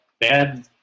bad